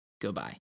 goodbye